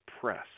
press